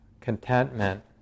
contentment